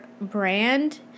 brand